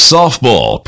Softball